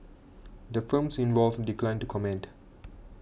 the firms involved declined to comment